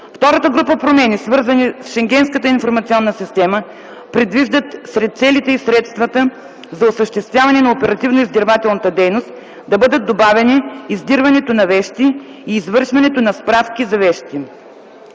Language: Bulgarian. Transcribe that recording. Втората група промени, свързани с Шенгенската информационна система, предвиждат сред целите и средствата за осъществяване на оперативно-издирвателната дейност да бъдат добавени издирването на вещи и извършването на справки за вещи.